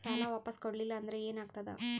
ಸಾಲ ವಾಪಸ್ ಕೊಡಲಿಲ್ಲ ಅಂದ್ರ ಏನ ಆಗ್ತದೆ?